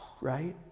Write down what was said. Right